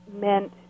meant